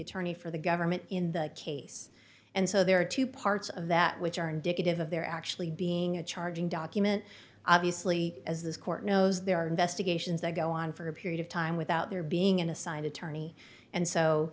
attorney for the government in the case and so there are two parts of that which are indicative of there actually being a charging document obviously as this court knows there are investigations that go on for a period of time without there being an assigned attorney and so